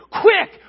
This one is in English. Quick